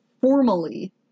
formally